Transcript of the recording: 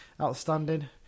outstanding